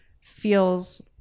feels